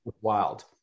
wild